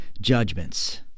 judgments